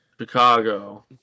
Chicago